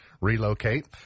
relocate